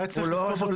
לא, הוא לא השולח.